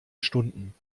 stunden